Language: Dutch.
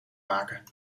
maken